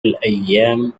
الأيام